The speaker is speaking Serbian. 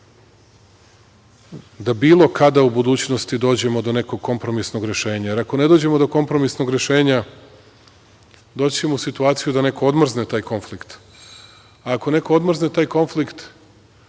da bilo kada u budućnosti dođemo do nekog kompromisnog rešenja. Jer, ako ne dođemo do kompromisnog rešenja, doći ćemo u situaciju da neko odmrzne taj konflikt, a ako neko odmrzne taj konflikt,